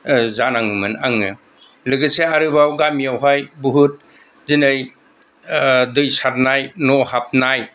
जानाङोमोन आङो लोगोसे आरोबाव गामियावहाय बहुद दिनै दै सारनाय न' हाबनाय